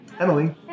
Emily